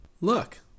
Look